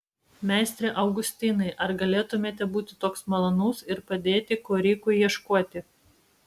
meistre augustinai ar galėtumėte būti toks malonus ir padėti korikui ieškoti